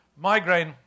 Migraine